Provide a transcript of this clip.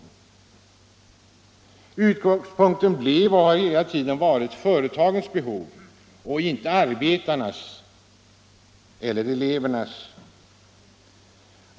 Utgångspunkten blev och har hela tiden varit företagens behov och inte arbetarnas eller elevernas.